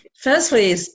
Firstly